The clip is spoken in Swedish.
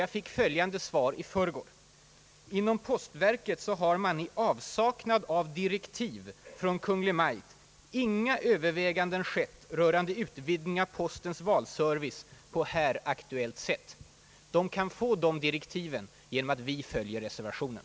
Jag fick i förrgår följande svar: »Inom postverket har i avsaknad av direktiv från Kungl. Maj:t inga överväganden skett rörande utvidgning av postens valservice på här aktuellt sätt.« Postverket kan få de direktiven genom att vi följer reservationen.